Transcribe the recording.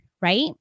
right